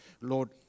Lord